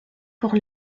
pour